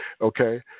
okay